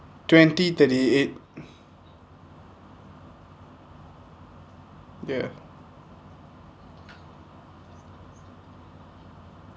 twenty thirty eight ya